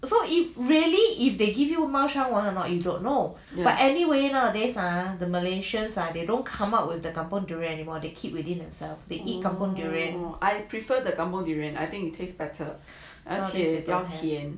I prefer the kampung durian I think you taste better 而且比较甜